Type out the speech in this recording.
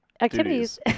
activities